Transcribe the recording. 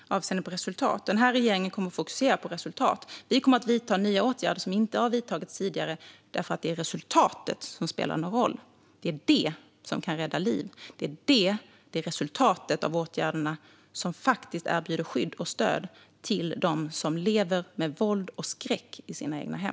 Den här regeringen kommer att fokusera på resultat. Vi kommer att vidta nya åtgärder som inte har vidtagits tidigare, eftersom det är resultatet som spelar någon roll. Det är det som kan rädda liv. Det är resultatet av åtgärderna som faktiskt erbjuder skydd och stöd till dem som lever med våld och skräck i sina egna hem.